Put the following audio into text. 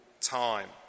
time